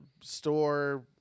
store